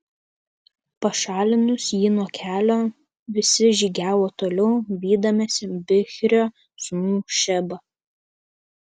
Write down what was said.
pašalinus jį nuo kelio visi žygiavo toliau vydamiesi bichrio sūnų šebą